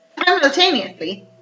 simultaneously